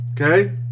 okay